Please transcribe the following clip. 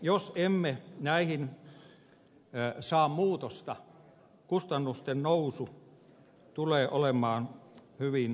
jos emme näihin saa muutosta kustannusten nousu tulee olemaan hyvin vaikea hallita